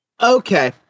Okay